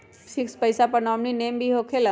Fix पईसा पर nominee name भी होकेला?